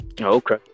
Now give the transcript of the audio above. okay